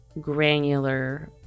granular